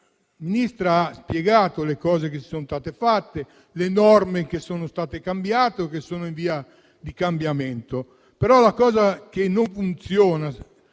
la Ministra ha spiegato le cose che sono state fatte, le norme che sono state cambiate o che sono in via di cambiamento, ma quello che non funziona,